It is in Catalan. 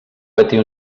patir